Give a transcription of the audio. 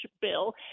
bill